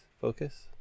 focus